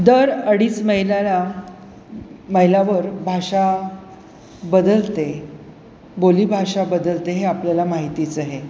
दर अडीच मैलाला मैलावर भाषा बदलते बोलीभाषा बदलते हे आपल्याला माहितीच आहे